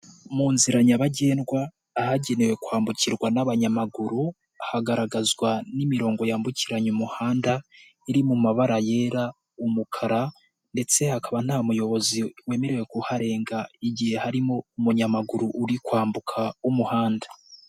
Mu nzira nyabagendwa ahagenewe kwambukirwa n'abanyamaguru. Hagaragazwa n'imirongo yambukiranya umuhanda, iri mu mabara yera, umukara ndetse hakaba nta muyobozi wemerewe kuharenga igihe harimo umunyamaguru uri kwambuka umuhanda.